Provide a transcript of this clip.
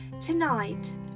tonight